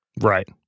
Right